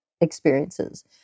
experiences